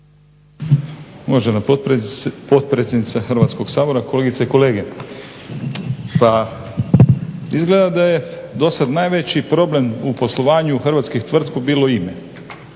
Uvažena potpredsjednice Hrvatskog sabora, kolegice i kolege. Pa izgleda da je do sada najveći problem u poslovanju hrvatskih tvrtki bilo ime.